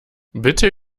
bitte